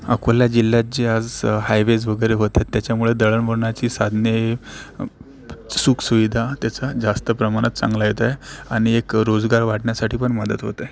अकोला जिल्ह्यात जे आज हायवेज वगैरे होत आहेत त्याच्यामुळे दळणवळणाची साधने सुखसुविधा त्याचा जास्त प्रमाणात चांगला येतो आहे आणि एक रोजगार वाढण्यासाठी पण मदत होत आहे